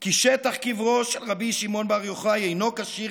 כי שטח קברו של רבי שמעון בר יוחאי אינו כשיר